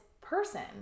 person